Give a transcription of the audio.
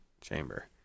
chamber